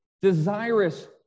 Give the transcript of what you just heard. desirous